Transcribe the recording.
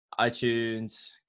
iTunes